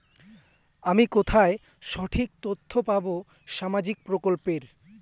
আমি কোথায় সঠিক তথ্য পাবো সামাজিক প্রকল্পের?